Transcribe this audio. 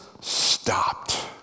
stopped